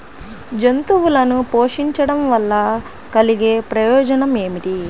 జంతువులను పోషించడం వల్ల కలిగే ప్రయోజనం ఏమిటీ?